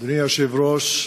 אדוני היושב-ראש,